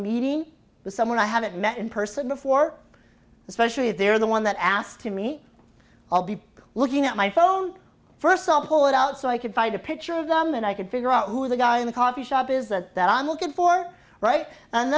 meeting with someone i haven't met in person before especially if they're the one that asked to me i'll be looking at my phone first up pull it out so i could find a picture of them and i could figure out who the guy in the coffee shop is that that i'm looking for right and